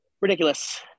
Ridiculous